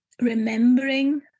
remembering